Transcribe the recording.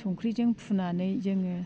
संख्रिजों फुनानै जोङो